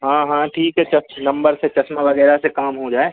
हाँ हाँ ठीक है नंबर से चश्मा वगैरह से काम हो जाए